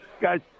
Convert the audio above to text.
guys